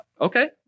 Okay